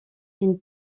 une